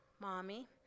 Mommy